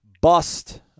bust